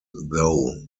though